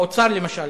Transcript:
באוצר למשל,